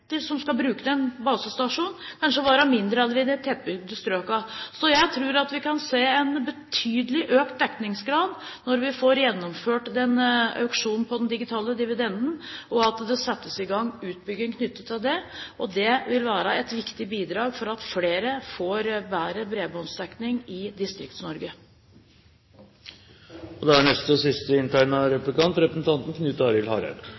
de deler av landet som vi kanskje ikke tenker på i dag, for der vil antallet abonnenter som skal bruke den basestasjonen, kanskje være mindre enn i de tettbygde strøkene. Jeg tror at vi kan se en betydelig økt dekningsgrad når vi får gjennomført auksjonen av den digitale dividenden, og at det settes i gang utbygging knyttet til det. Det vil være et viktig bidrag for at flere i Distrikts-Norge får bedre bredbåndsdekning.